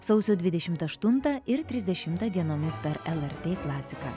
sausio dvidešimt aštuntą ir trisdešimtą dienomis per lrt klasiką